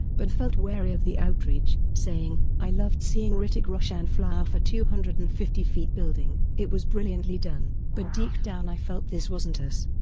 but felt wary of the outreach, saying, i loved seeing hrithik roshan fly off a two hundred and fifty feet building, it was brilliantly done, but deep down i felt this wasn't us.